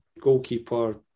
goalkeeper